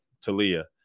talia